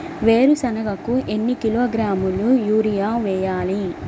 వేరుశనగకు ఎన్ని కిలోగ్రాముల యూరియా వేయాలి?